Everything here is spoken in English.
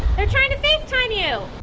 they're trying to facetime you.